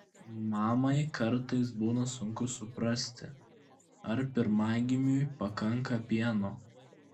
mamai kartais būna sunku suprasti ar pirmagimiui pakanka pieno